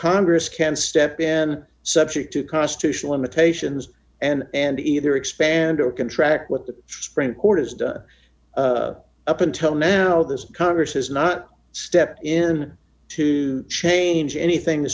congress can step in subject to constitutional limitations and and either expand or contract with the supreme court has done up until now this congress has not stepped in to change anything the